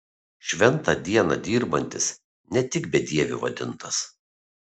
šventą dieną dirbantis ne tik bedieviu vadintas